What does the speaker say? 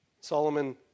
Solomon